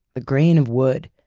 the grain of wood,